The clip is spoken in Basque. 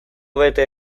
bete